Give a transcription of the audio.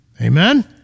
Amen